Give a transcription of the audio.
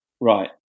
Right